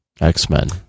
X-Men